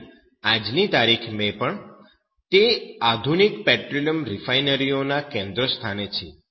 અને આજની તારીખે પણ તે આધુનિક પેટ્રોલિયમ રિફાઈનરીઓ ના કેન્દ્રસ્થાને છે